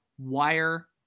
Wire